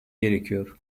gerekiyor